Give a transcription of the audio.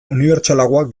unibertsalagoak